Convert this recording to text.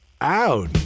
out